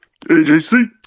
AJC